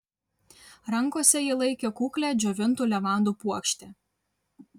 rankose ji laikė kuklią džiovintų levandų puokštę